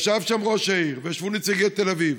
ישב שם ראש העיר וישבו נציגי תל אביב